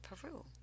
Peru